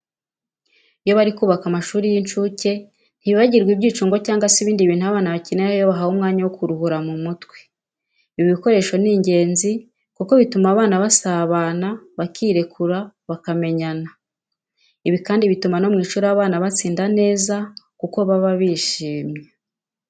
Iyo bari kubaka amashuri y'incuke ntibibagirwa ibyicungo cyangwa se ibintu abana bakiniraho iyo bahawe umwanya wo kuruhura mu mutwe. Ibi bikoresho ni ingenzi kuko bituma aba bana basabana, bakirekura, bakamenyana. Ibi kandi bituma no mu ishuri batsinda neza kuko baba bishyimye.